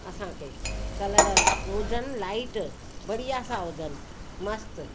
असांखे कलर हुजनि लाइट बढ़िया सां हुजनि मस्त